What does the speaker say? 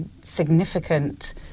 significant